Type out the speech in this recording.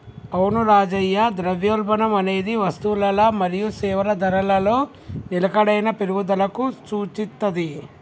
అవును రాజయ్య ద్రవ్యోల్బణం అనేది వస్తువులల మరియు సేవల ధరలలో నిలకడైన పెరుగుదలకు సూచిత్తది